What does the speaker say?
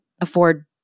afford